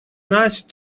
nice